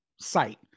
site